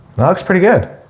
now. it's pretty good.